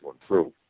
improve